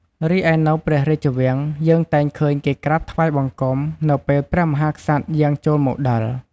រីឯនៅព្រះរាជវាំង យើងតែងឃើញគេក្រាបថ្វាយបង្គំនៅពេលព្រះមហាក្សត្រយាងចូលមកដល់។